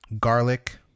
garlic